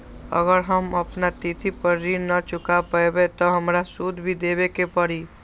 अगर हम अपना तिथि पर ऋण न चुका पायेबे त हमरा सूद भी देबे के परि?